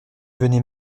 venez